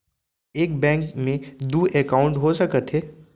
एक बैंक में दू एकाउंट हो सकत हे?